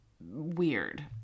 weird